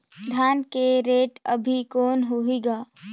धान के रेट अभी कौन होही?